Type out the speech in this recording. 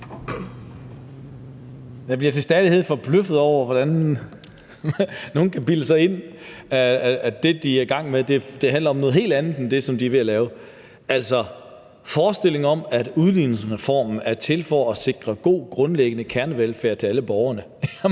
Jeg bliver til stadighed forbløffet over, hvordan nogle kan bilde sig ind, at det, som de er i gang med, handler om noget helt andet end det, som de er ved at lave. Altså, forestillingen om, at udligningsreformen er til for at sikre god grundlæggende kernevelfærd til alle borgerne